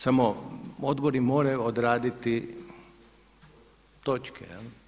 Samo odbori moraju odraditi točke.